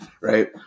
right